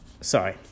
Sorry